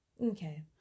okay